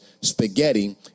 spaghetti